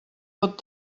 pot